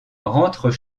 rentrent